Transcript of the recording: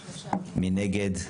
3. מי נגד?